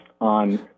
on